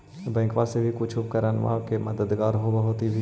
बैंकबा से कुछ उपकरणमा के मददगार होब होतै भी?